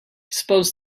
suppose